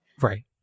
Right